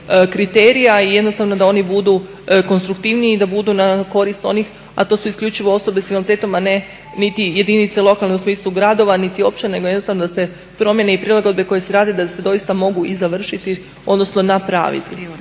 i jednostavno da oni budu konstruktivniji i da budu na korist onih, a to su isključivo osobe s invaliditetom a ne niti jedinice lokalne u smislu gradova niti općina nego jednostavno da se promjene i prilagodbe koje se rade da se doista mogu i završiti odnosno napraviti.